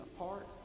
apart